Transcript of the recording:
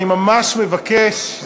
אני ממש מבקש,